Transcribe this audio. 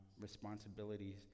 responsibilities